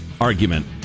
argument